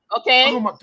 Okay